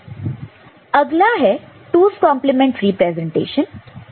अगला है 2's complement representation 2's complement representation